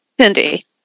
Cindy